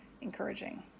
encouraging